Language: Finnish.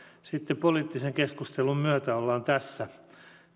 sitten poliittisen keskustelun myötä ollaan tässä